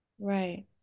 Right